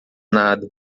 nada